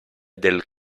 del